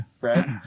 Right